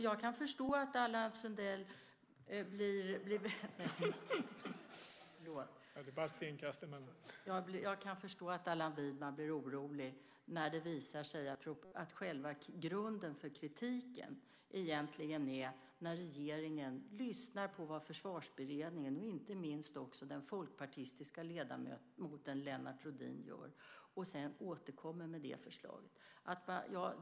Jag kan förstå att Allan Widman blir orolig när det visar sig att själva grunden för kritiken egentligen är att regeringen lyssnar på Försvarsberedningen och inte minst på den folkpartistiske ledamoten Lennart Rohdin och sedan återkommer med det förslaget.